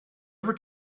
ever